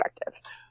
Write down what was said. perspective